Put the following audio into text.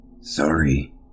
Sorry